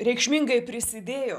reikšmingai prisidėjo